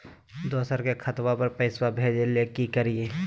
दोसर के खतवा पर पैसवा भेजे ले कि करिए?